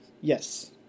yes